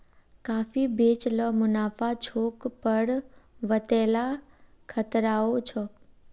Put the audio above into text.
काफी बेच ल मुनाफा छोक पर वतेला खतराओ छोक